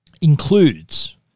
includes